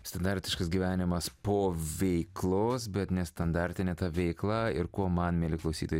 standartiškas gyvenimas po veiklos bet nestandartinė ta veikla ir ko man mieli klausytojai